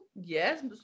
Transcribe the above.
Yes